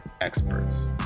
experts